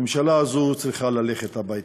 הממשלה הזו צריכה ללכת הביתה.